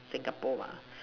Singapore ah